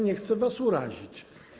Nie chcę was urazić.